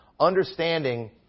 understanding